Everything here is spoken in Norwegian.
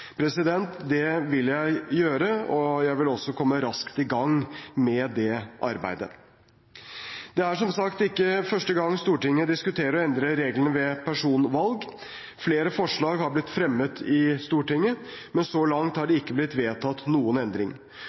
Det vil jeg gjøre, og jeg vil også komme raskt i gang med det arbeidet. Det er som sagt ikke første gang Stortinget diskuterer å endre reglene ved personvalg. Flere forslag har blitt fremmet i Stortinget, men så langt har det ikke blitt vedtatt noen endring.